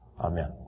Amen